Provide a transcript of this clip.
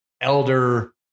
elder